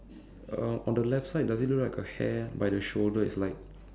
um on the left side does it look like her hair by the shoulder is like